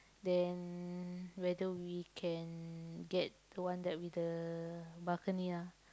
then whether we can get the one that with the balcony ah